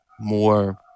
more